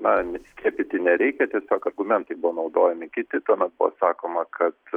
na skiepyti nereikia tiesiog argumentai buvo naudojami kiti tuomet buvo sakoma kad